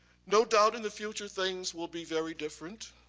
no doubt in the future things will be very different.